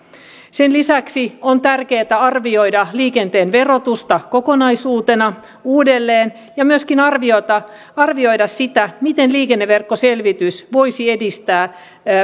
sen lisäksi on tärkeätä arvioida liikenteen verotusta kokonaisuutena uudelleen ja myöskin arvioida sitä miten liikenneverkkoselvitys voisi edistää